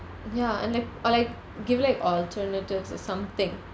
ya and like or like give like alternatives or something